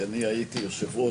כי אני הייתי יושב-ראש הכנסת.